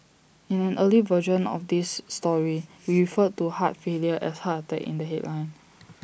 in an earlier version of this story we referred to heart failure as heart attack in the headline